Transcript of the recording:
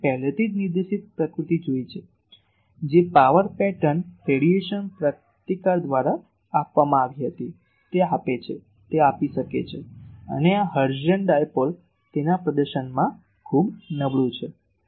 અને મેં પહેલેથી જ નિર્દેશિત પ્રકૃતિ જોઇ છે જે પાવર પેટર્ન રેડિયેશન પ્રતિકાર દ્વારા આપવામાં આવી હતી તે આપે છે તે આપી શકે છે અને આ હર્ટ્ઝિયન ડાયપોલ તેના પ્રદર્શનમાં ખૂબ નબળું છે